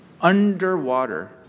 underwater